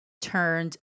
turned